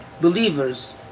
believers